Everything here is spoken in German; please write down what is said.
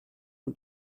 und